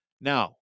Now